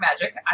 magic